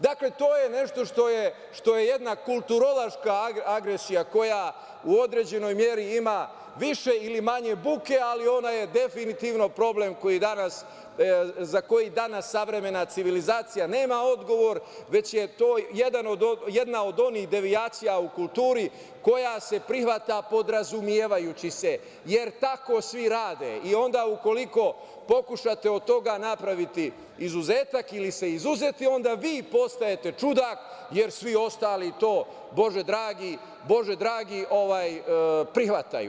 Dakle, to je nešto što je jedna kulturološka agresija koja u određenoj meri ima više ili manje buke, ali ona je definitivno problem za koji danas savremena civilizacija nema odgovor, već je to jedna od onih devijacija u kulturi, koja se prihvata podrazumevajući se, jer tako svi rade i onda u koliko pokušate od toga napraviti izuzetak ili se izuzeti, onda vi postajete čudak jer svi ostali to, Bože dragi, prihvataju.